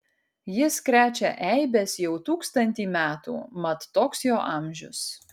jis krečia eibes jau tūkstantį metų mat toks jo amžius